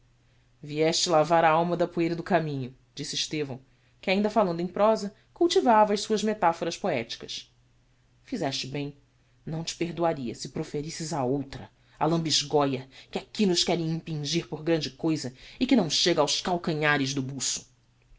vieste lavar a alma da poeira do caminho disse estevão que ainda falando em prosa cultivava as suas metaphoras poeticas fizeste bem não te perdoaria se preferisses a outra a lambisgoia que aqui nos querem impingir por grande cousa e que não chega aos calcanhares do buço